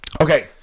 okay